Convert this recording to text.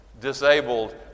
disabled